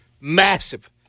massive